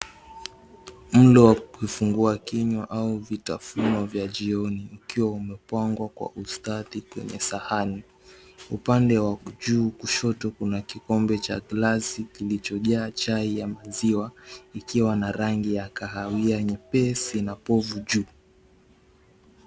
Mlo wa kufungua kinywa au vitafunwa vya jioni ukiwa umepwangwa kwa ustadi kwenye sahani. Upande wa juu kushoto kuna kikombe cha glasi kilichojaa chai ya maziwa, ikiwa na rangi ya kahawia nyepesi na povu juu.